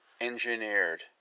engineered